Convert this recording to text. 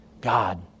God